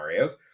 Marios